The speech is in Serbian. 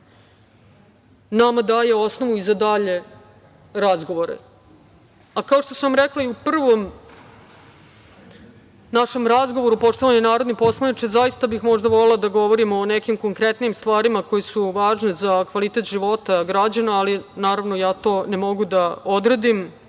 nama daje osnovu i za dalje razgovore. Kao što sam rekla i u prvom našem razgovoru poštovani narodni poslaniče, zaista bi možda volela da govorimo o nekim konkretnijim stvarima koje su važne za kvalitet života građana, ala ja to ne mogu da odredim.